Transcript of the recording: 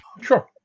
Sure